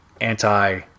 anti